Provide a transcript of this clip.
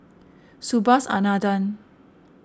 Subhas Anandan